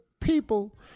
people